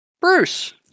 Bruce